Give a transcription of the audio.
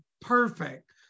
perfect